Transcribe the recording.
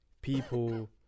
people